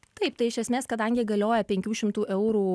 taip tai iš esmės kadangi galioja penkių šimtų eurų